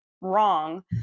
wrong